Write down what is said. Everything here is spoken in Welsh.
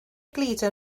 gludo